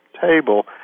table